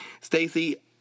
Stacey